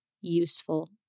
useful